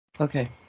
Okay